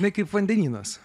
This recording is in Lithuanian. na kaip vandenynas